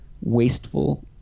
Wasteful